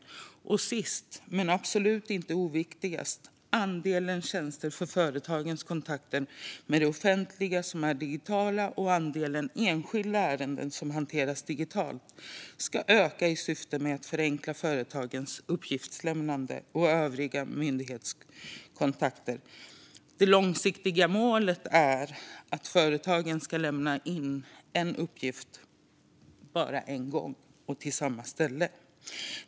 För det femte, men absolut inte oviktigast: Andelen tjänster för företagens kontakter med det offentliga som är digitala och andelen enskilda ärenden som kan hanteras digitalt ska öka i syfte att förenkla företagens uppgiftslämnande och övriga myndighetskontakter. Det långsiktiga målet är att företagen ska lämna en uppgift en gång och till ett ställe.